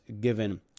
given